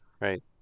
right